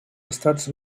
estats